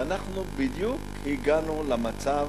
ואנחנו בדיוק הגענו למצב